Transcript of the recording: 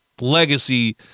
legacy